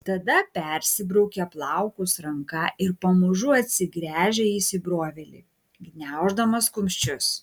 tada persibraukia plaukus ranka ir pamažu atsigręžia į įsibrovėlį gniauždamas kumščius